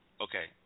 okay